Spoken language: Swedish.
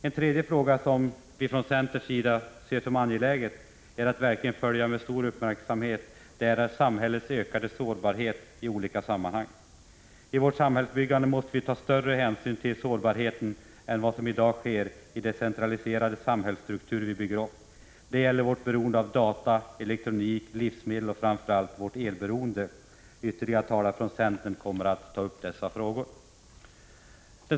En tredje fråga, som vi från centerns sida ser som angelägen att verkligen följa med stor uppmärksamhet, är samhällets ökade sårbarhet i olika sammanhang. I vårt samhällsbyggande måste vi ta större hänsyn till sårbarheten än vad som sker i dag i den centraliserade samhällsstruktur vi bygger upp. Det gäller vårt beroende av data, elektronik, livsmedel och framför allt vårt elberoende. Andra talare från centern kommer att ta upp dessa frågor.